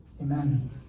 Amen